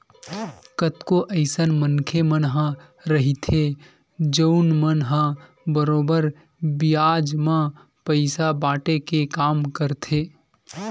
कतको अइसन मनखे मन ह रहिथे जउन मन ह बरोबर बियाज म पइसा बाटे के काम करथे